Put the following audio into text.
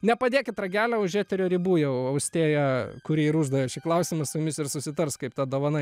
nepadėkit ragelio už eterio ribų jau austėja kuri ir uždavė šį klausimą su jumis ir susitars kaip ta dovana